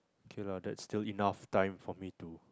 K lah that's still enough time for me to